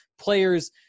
players